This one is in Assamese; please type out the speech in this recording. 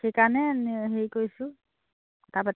সেইকাৰণে হেৰি কৰিছোঁ কথা পাতিছোঁ